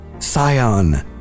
Sion